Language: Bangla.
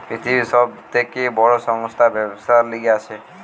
পৃথিবীর সব থেকে বড় সংস্থা ব্যবসার লিগে আছে